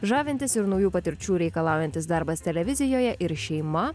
žavintis ir naujų patirčių reikalaujantis darbas televizijoje ir šeima